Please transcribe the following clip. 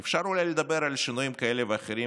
ואפשר אולי לדבר על שינויים כאלה ואחרים,